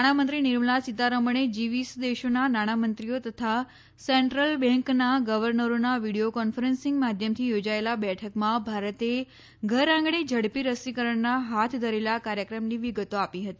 નાણામંત્રી નિર્મલા સીતારમણે જી વીસ દેશોના નાણામંત્રીઓ તથા સેન્ટ્રલ બેંકના ગવર્નરોના વીડિયો કોન્ફરન્સિંગ માધ્યમથી યોજાયેલા બેઠકમાં ભારતે ઘરઆંગણે ઝડપી રસીકરણના હાત ધરેલા કાર્યક્રમની વિગતો આપી હતી